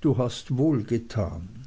du hast wohlgetan